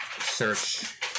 Search